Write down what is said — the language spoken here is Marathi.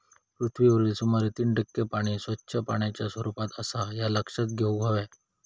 पृथ्वीवरील सुमारे तीन टक्के पाणी स्वच्छ पाण्याच्या स्वरूपात आसा ह्या लक्षात घेऊन हव्या